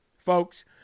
folks